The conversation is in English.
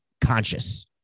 conscious